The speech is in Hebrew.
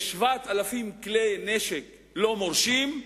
יש 7,000 כלי נשק לא מורשים,